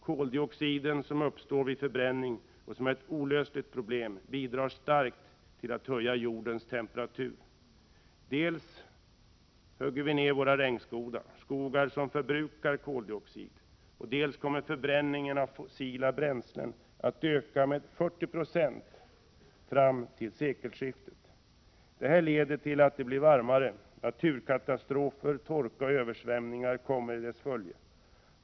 Koldioxiden, som uppstår vid förbränning som är ett olösligt problem, bidrar starkt till att höja jordens temperatur. Dels hugger vi ner våra regnskogar som förbrukar koldioxid, dels kommer förbränningen av fossila bränslen att öka med 40 96 fram till sekelskiftet. Det härleder till att det blir varmare. Naturkatastrofer —torka och översvämningar — kommer att följa.